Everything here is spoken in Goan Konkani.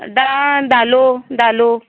धा धालो धालो